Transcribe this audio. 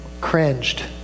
cringed